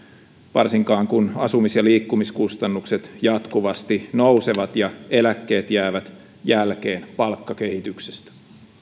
varsinkaan kun asumis ja liikkumiskustannukset jatkuvasti nousevat ja eläkkeet jäävät jälkeen palkkakehityksestä